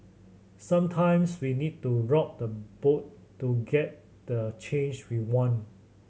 sometimes we need to rock the boat to get the change we want